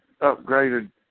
upgraded